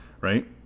right